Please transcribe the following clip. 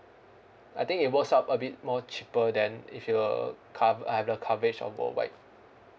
I think it was up a bit more cheaper than if you will cov~ have the coverage of worldwide